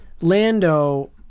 Lando